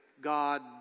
God